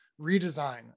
redesign